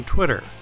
Twitter